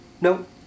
nope